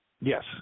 Yes